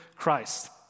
Christ